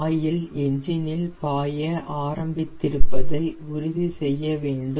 oil engine இல் பாய ஆரம்பித்திருப்பதை உறுதிசெய்யவேண்டும்